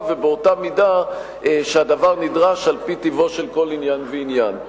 ובאותה מידה שהדבר נדרש על-פי טיבו של כל עניין ועניין.